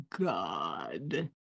God